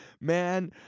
man